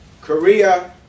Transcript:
Korea